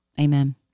amen